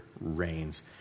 reigns